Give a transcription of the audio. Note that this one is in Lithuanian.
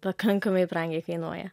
pakankamai brangiai kainuoja